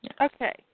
Okay